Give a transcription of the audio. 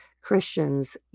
Christians